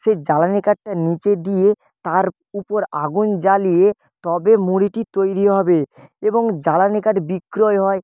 সেই জ্বালানি কাঠটা নিচে দিয়ে তার উপর আগুন জ্বালিয়ে তবে মুড়িটি তৈরি হবে এবং জ্বালানি কাঠ বিক্রয় হয়